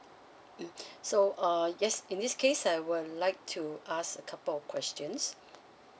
mm so uh yes in this case I would like to ask a couple of questions